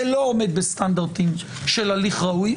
זה לא עומד בסטנדרטים של הליך ראוי.